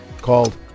called